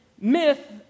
myth